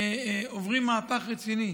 עוברים מהפך רציני.